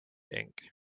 ink